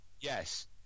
Yes